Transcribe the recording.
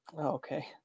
Okay